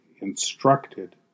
instructed